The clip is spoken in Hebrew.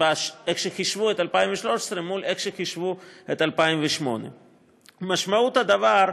איך שחישבו את 2013 מול איך שחישבו את 2008. משמעות הדבר,